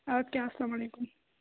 اَدٕ کیٛاہ اَسلام علیکُم